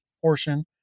portion